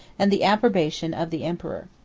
and the approbation of the emperor.